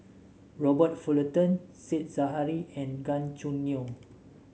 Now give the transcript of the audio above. Robert Fullerton Said Zahari and Gan Choo Neo